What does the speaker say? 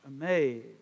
amazed